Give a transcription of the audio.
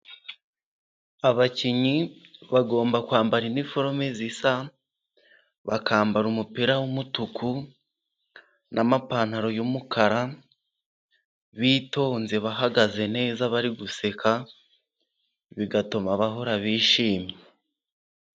Abakinnyi bagomba kwambara iniforume zisa. Bakambara umupira w'umutuku n'amapantaro y'umukara, bitonze bahagaze neza, bari guseka. Bigatuma bahora bishimye.